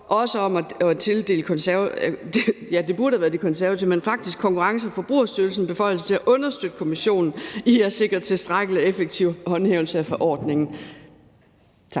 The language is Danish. også at tildele Konkurrence- og Forbrugerstyrelsen beføjelser til at understøtte Kommissionen i at sikre tilstrækkelig og effektiv håndhævelse af forordningen.